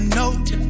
note